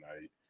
night